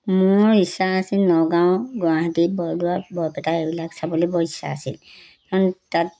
মোৰ ইচ্ছা আছিল নগাঁও গুৱাহাটী বৰদোৱা বৰপেটা এইবিলাক চাবলৈ বৰ ইচ্ছা আছিল কাৰণ তাত